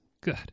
Good